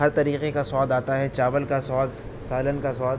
ہر طریقے کا سواد آتا ہے چال کا سواد سالن کا سواد